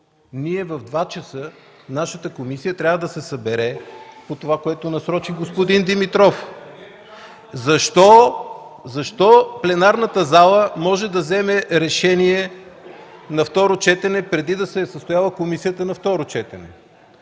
В 14,00 ч. нашата комисия трябва да се събере по това, което насрочи господин Димитров. Защо пленарната зала може да вземе решение за второ четене, преди да се е състояло заседанието на комисията на второ четене?!